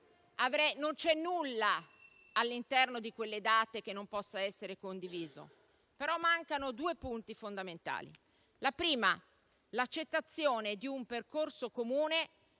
non c'è nulla all'interno di quelle date che non possa essere condiviso, ma mancano due punti fondamentali. Il primo è l'accettazione di un percorso comune